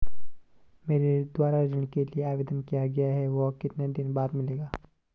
मेरे द्वारा ऋण के लिए आवेदन किया गया है वह कितने दिन बाद मिलेगा?